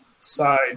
side